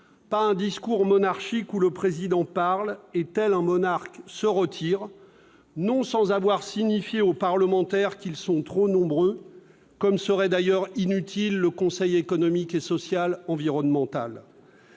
un discours monarchique où le Président parle et, tel un monarque, se retire, non sans avoir signifié aux parlementaires qu'ils sont trop nombreux et laissé entendre que le Conseil économique, social et environnemental